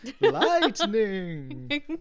Lightning